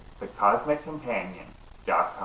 thecosmiccompanion.com